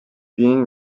being